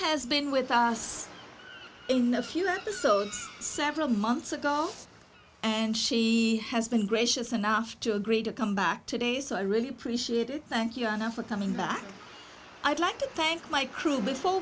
has been with us in a few episodes several months ago and she has been gracious enough to agree to come back today so i really appreciated thank you enough for coming back i'd like to thank my crew before